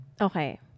Okay